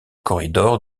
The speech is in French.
corridors